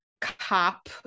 cop